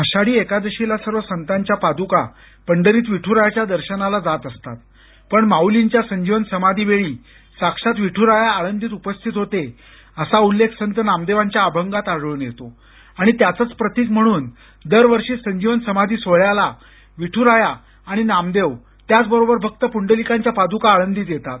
आषाढी एकादशीला सर्व संतांच्या पादूका पंढरीत विठ्रायाच्या दर्शनाला जात असतात पण माउलींच्या संजीवन समाधीवेळी साक्षात विठ्राया आळंदीत उपस्थित होते असा उल्लेख संत नामदेवांच्या अभंगात आढळून येतो आणि त्याचंच प्रतीक म्हणून दरवर्षी संजीवन समाधी सोहोळ्याला विठ्राया आणि नामदेव त्याचबरोबर भक्त पूंडलिकाच्या पाद्का आळंदीत येतात